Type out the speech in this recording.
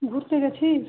ঘুরতে গেছিস